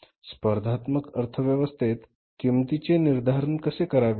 स्पर्धात्मक अर्थव्यवस्थेत किमतीचे निर्धारण कसे करावे